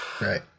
Right